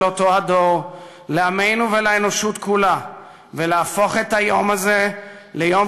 אותו הדור לעמנו ולאנושות כולה ולהפוך את היום הזה ליום